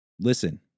Listen